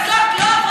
אני,